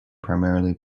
primarily